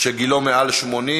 (התאמה תעסוקתית),